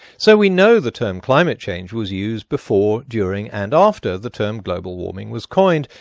so we know the term climate change was used before, during, and after the term global warming was coined,